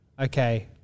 okay